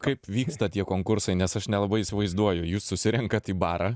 kaip vyksta tie konkursai nes aš nelabai įsivaizduoju jūs susirenkat į barą